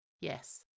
Yes